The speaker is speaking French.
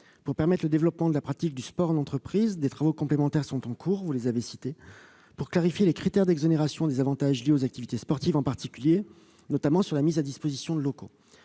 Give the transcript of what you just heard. Pour permettre le développement de la pratique du sport en entreprise, des travaux complémentaires sont en cours- ils ont été cités -afin de clarifier les critères d'exonération des avantages liés aux activités sportives, notamment en ce qui concerne la mise à disposition de locaux.